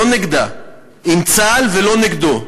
לא נגדה, עם צה"ל ולא נגדו.